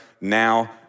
now